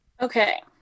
okay